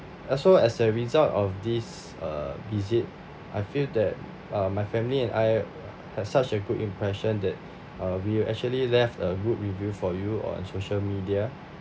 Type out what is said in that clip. uh so as a result of this uh visit I feel that uh my family and I have such a good impression that uh we will actually left a good review for you on social media